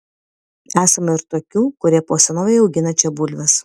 esama ir tokių kurie po senovei augina čia bulves